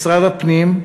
משרד הפנים,